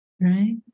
right